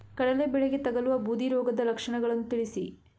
ಕಡಲೆ ಬೆಳೆಗೆ ತಗಲುವ ಬೂದಿ ರೋಗದ ಲಕ್ಷಣಗಳನ್ನು ತಿಳಿಸಿ?